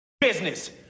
business